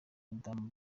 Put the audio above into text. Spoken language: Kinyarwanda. adamu